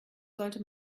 sollte